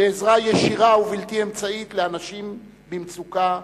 בעזרה ישירה ובלתי אמצעית לאנשים במצוקה,